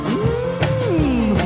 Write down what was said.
Mmm